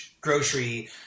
grocery